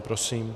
Prosím.